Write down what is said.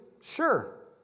Sure